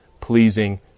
pleasing